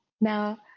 Now